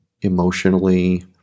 emotionally